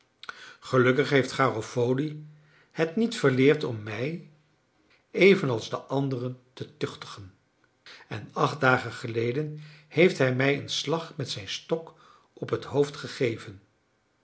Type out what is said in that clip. gelukkig heeft garofoli het niet verleerd om mij evenals de anderen te tuchtigen en acht dagen geleden heeft hij mij een slag met zijn stok op het hoofd gegeven